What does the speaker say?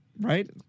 right